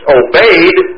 obeyed